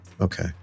Okay